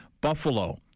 Buffalo